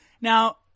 Now